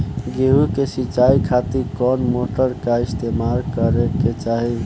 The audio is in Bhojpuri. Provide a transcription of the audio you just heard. गेहूं के सिंचाई खातिर कौन मोटर का इस्तेमाल करे के चाहीं?